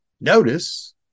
notice